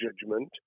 judgment